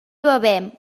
bevem